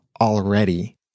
already